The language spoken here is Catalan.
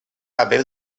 haver